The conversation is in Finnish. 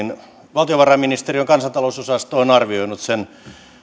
valtiovarainministeriön kansantalousosasto on arvioinut sen